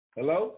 Hello